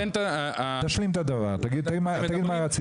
תשלים את הדבר, תגיד מה רצית?